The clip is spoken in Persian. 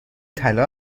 طلا